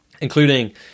including